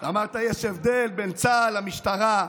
אמרת: יש הבדל בין צה"ל למשטרה.